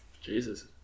Jesus